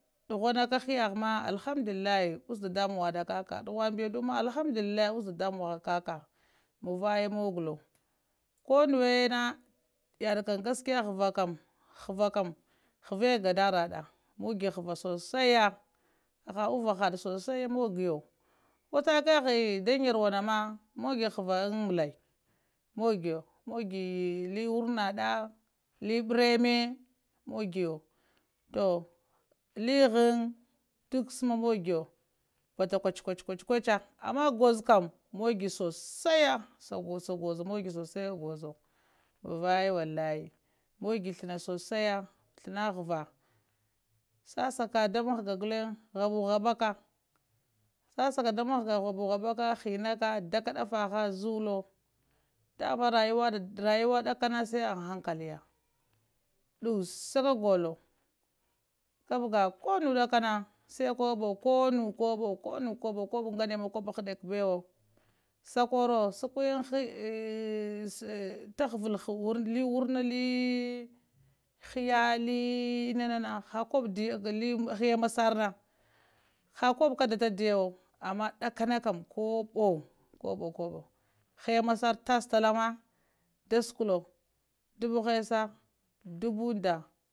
Dughuna ka hayəha ma alhamdulillahi ush dadanmbəŋ ka kah duhan bəduo ma ush dadanbaŋ kakah muvaye mughlo ko nuwena yaddə kəm gaskiya havah kəm havahe gadara da muge havah sosai hahaɗ uvahada sosai mugiyo koh shakehi daŋ yariu ma mogi harah an mulai mogiyo mogi li wurnaɗa le brəme mogiyo toh li ghəŋ duk səma mogiyo ba zlakeu dkuecha ama gozo kam mogih sosai sha gozo sha mogi sosai gozo muvaye walahi mugih sləna havah sasaka da mahga gulleŋ, həbubtəba ka sasaka dəemahga habuhabaka hinaka dakka daffa ha zullo dama rayiwa rayuwa dakana sai ŋtetankaley ɗussa ka kagdo kəbga konu ɗakana konu dakana sai kobo konu kobo koɓŋgane ma koɓhədeka bewo shakoro shakuiyaŋ ta havəlo li warna li hiya li inana li hiya massarena ha koɓo kada taɗiyo ama ɗakana kəm koɓo, koɓo, koɓo, ghiya massər tash talla ma da sukəlo tase dubu ghəsa dudu dab